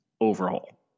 overhaul